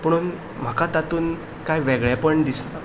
पुणून म्हाका तातून कांय वेगळेपण दिसना